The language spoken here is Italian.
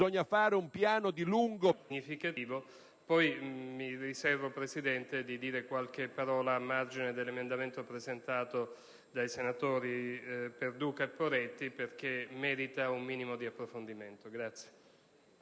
infine, alla conclusione dei lavori delle Commissioni, il Governo ha presentato il disegno di legge n. 1594, che dispone l'autorizzazione alla ratifica della Convenzione recando norme di adattamento